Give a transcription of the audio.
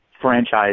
franchise